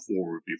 forward